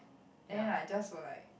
and then like just for like